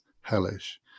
hellish